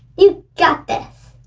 you got this.